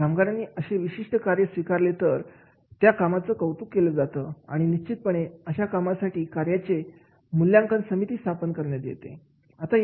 कामगारांनी असे विशिष्ट कार्याचा स्वीकारले तर त्या कामाचं कौतुक केलं जातं आणि निश्चितपणे अशा कामासाठी कार्याचे मूल्यांकनाची समिती स्थापित करण्यात येते